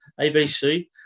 ABC